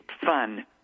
fun